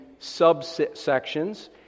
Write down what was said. subsections